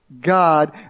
God